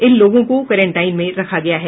इन लोगों को क्वारेंटाईन में रखा गया है